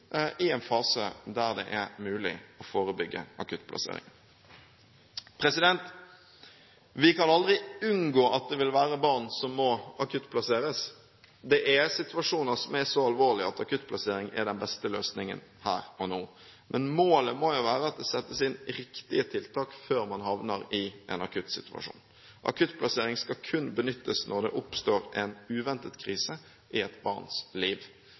i en fase der det er mulig å forebygge akuttplassering. Vi kan aldri unngå at det vil være barn som må utplasseres. Det er situasjoner som er så alvorlige at akuttplassering er den beste løsningen her og nå. Men målet må jo være at det settes inn riktige tiltak før man havner i en akuttsituasjon. Akuttplassering skal kun benyttes når det oppstår en uventet krise i et barns liv.